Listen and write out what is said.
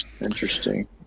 Interesting